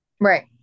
Right